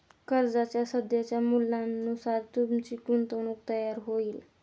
कर्जाच्या सध्याच्या मूल्यानुसार तुमची गुंतवणूक तयार होईल